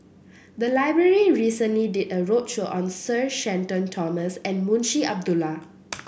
the library recently did a roadshow on Sir Shenton Thomas and Munshi Abdullah